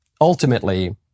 ultimately